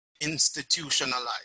institutionalized